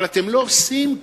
אבל אתם לא עושים כלום.